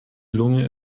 lunge